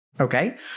Okay